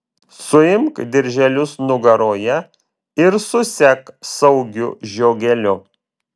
suimk dirželius nugaroje ir susek saugiu žiogeliu